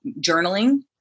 journaling